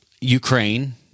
Ukraine